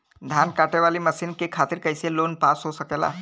धान कांटेवाली मशीन के खातीर कैसे लोन पास हो सकेला?